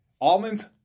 Almonds